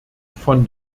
von